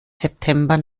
september